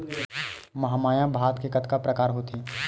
महमाया भात के कतका प्रकार होथे?